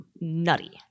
nutty